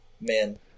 Man